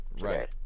Right